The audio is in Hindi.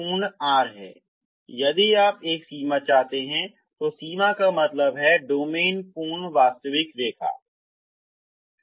डोमेन पूर्ण R है तो यदि आप एक सीमा चाहते हैं तो सीमा का मतलब है डोमेन पूर्ण वास्तविक रेखा है